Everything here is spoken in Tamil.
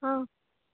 ஆ